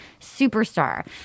superstar